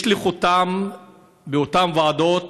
יש לי חותם באותן ועדות.